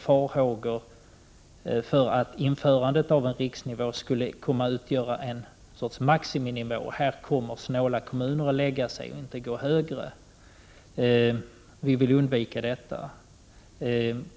farhågor har funnits för att införandet av en riksnivå skulle kunna utgöra ett slags maximinivå, en nivå som snåla kommuner skulle stanna vid och inte betala högre bidrag. Vi vill undvika detta.